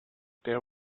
there